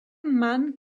man